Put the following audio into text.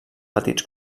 petits